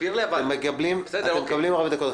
אתם מקבלים 40 דקות.